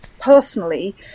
personally